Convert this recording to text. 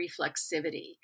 reflexivity